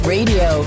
Radio